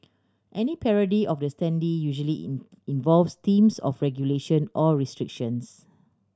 any parody of the standee usually in involves themes of regulation or restrictions